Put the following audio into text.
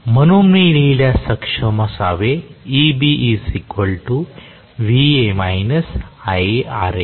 म्हणून मी लिहिण्यास सक्षम असावे